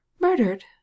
Murdered